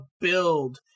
build